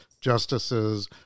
justices